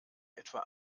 etwa